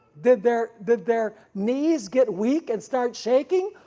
did their did their knees get weak, and start shaking,